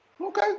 okay